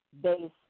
base